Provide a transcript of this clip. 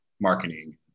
marketing